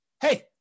hey